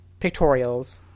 pictorials